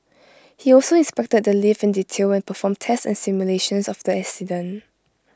he also inspected the lift in detail and performed tests and simulations of the accident